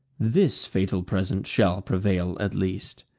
this fatal present shall prevail at least.